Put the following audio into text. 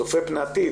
צופה פני עתיד,